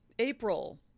April